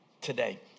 today